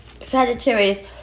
Sagittarius